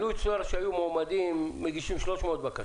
לו היו מגישים 300 בקשות,